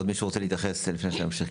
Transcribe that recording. עוד מישהו רוצה להתייחס לפני שנמשיך?